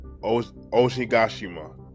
Oshigashima